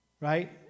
right